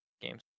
games